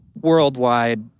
worldwide